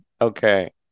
Okay